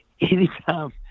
anytime